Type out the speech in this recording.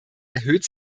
erhöht